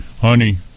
Honey